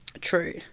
true